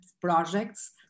projects